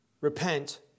repent